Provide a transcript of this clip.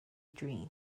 dream